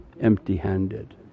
empty-handed